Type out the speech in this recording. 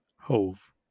Hove